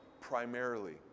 primarily